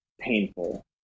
painful